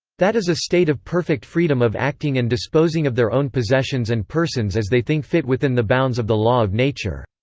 that is a state of perfect freedom of acting and disposing of their own possessions and persons as they think fit within the bounds of the law of nature.